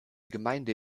gemeinde